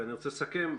אני רוצה לסכם.